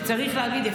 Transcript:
שצריך להגיד,